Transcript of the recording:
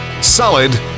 solid